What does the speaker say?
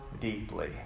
deeply